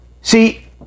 See